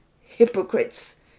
hypocrites